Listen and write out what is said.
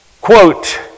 Quote